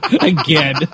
Again